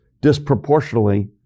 disproportionately